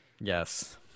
Yes